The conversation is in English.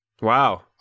Wow